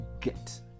get